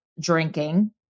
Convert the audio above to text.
drinking